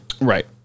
Right